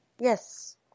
yes